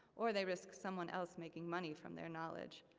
or they risk someone else making money from their knowledge.